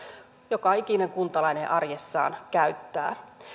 joka ikinen kuntalainen arjessaan käyttää